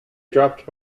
dropped